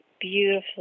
beautiful